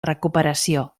recuperació